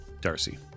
Darcy